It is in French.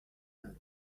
neuve